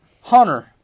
Hunter